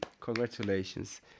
Congratulations